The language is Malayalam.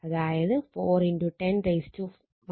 അതായത് 4 10 4 m2